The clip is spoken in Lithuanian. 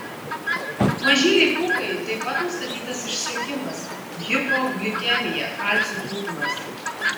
mažylei pūkai taip pat nustatytas išsekimas hipoglikemija kalcio trūkumas